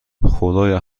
خدایا